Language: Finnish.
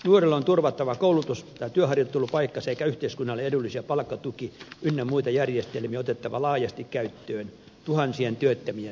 nuorelle on turvattava koulutus tai työharjoittelupaikka sekä yhteiskunnalle edullisia palkkatuki ynnä muita järjestelmiä on otettava laajasti käyttöön tuhansien työttömien työllistämiseksi